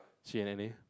she and N_A